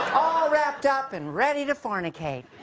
wrapped up and ready to fornicate.